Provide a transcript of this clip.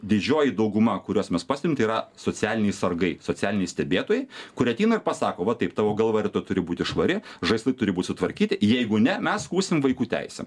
didžioji dauguma kuriuos mes pastebim tai yra socialiniai sargai socialiniai stebėtojai kurie ateina ir pasako va taip tavo galva rytoj turi būti švari žaislai turi būt sutvarkyti jeigu ne mes skųsime vaikų teisėm